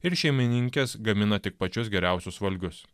ir šeimininkės gamina tik pačius geriausius valgius